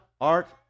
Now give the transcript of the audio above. art